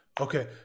okay